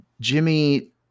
Jimmy